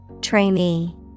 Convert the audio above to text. Trainee